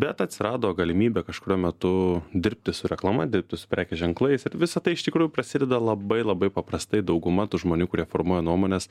bet atsirado galimybė kažkuriuo metu dirbti su reklama dirbti su prekės ženklais ir visa tai iš tikrųjų prasideda labai labai paprastai dauguma tų žmonių kurie formuoja nuomones